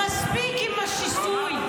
מספיק עם השיסוי.